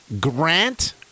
Grant